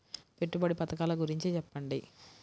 పెట్టుబడి పథకాల గురించి చెప్పండి?